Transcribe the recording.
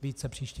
Více příště.